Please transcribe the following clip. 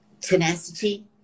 tenacity